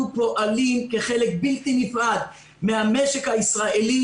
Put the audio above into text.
אנחנו פועלים כחלק בלתי נפרד מן המשק הישראלי.